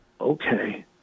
okay